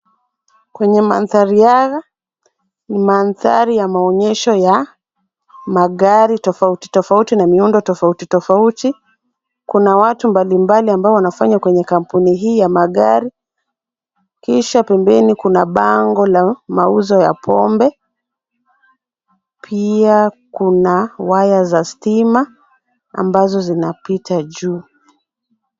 Kwenye mandhari haya, mandhari ya maonyesho ya magari tofauti tofauti na miundo tofauti tofauti, kuna watu mbalimbali ambao wanafanya kwenye kampuni hii ya magari, kisha pembeni kuna bango la mauzo ya pombe, pia kuna waya za stima ambazo zinapita juu.